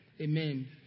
Amen